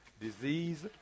Disease